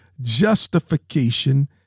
justification